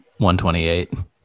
128